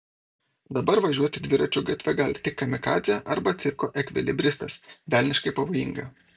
dabar važiuoti dviračiu gatve gali tik kamikadzė arba cirko ekvilibristas velniškai pavojinga